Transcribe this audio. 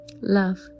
love